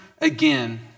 again